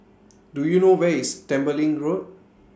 Do YOU know Where IS Tembeling Road